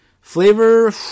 flavor